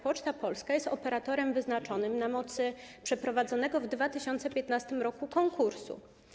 Poczta Polska jest operatorem wyznaczonym na mocy przeprowadzonego w 2015 r. konkursu.